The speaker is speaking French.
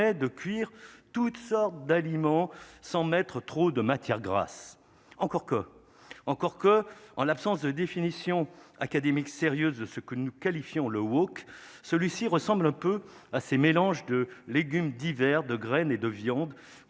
de cuire toutes sortes d'aliments sans mettre trop de matières grasses, encore que, encore que, en l'absence de définition académique sérieuse, ce que nous qualifions le Walk celui-ci ressemble un peu à ces mélange de légumes d'hiver de graines et de viande